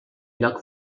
lloc